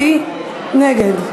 והיא נגד.